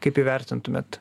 kaip įvertintumėt